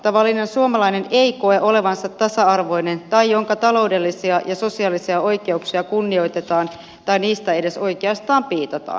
tavallinen suomalainen ei koe olevansa tasa arvoinen tai koe että hänen taloudellisia ja sosiaalisia oikeuksiaan kunnioitetaan tai niistä edes oikeastaan piitataan